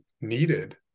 needed